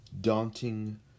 daunting